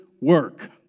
work